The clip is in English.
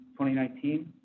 2019